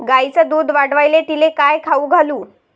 गायीचं दुध वाढवायले तिले काय खाऊ घालू?